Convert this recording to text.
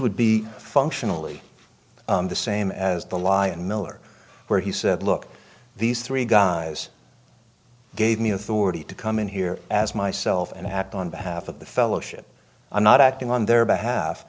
would be functionally the same as the lyon miller where he said look these three guys gave me authority to come in here as myself and had on behalf of the fellowship i'm not acting on their behalf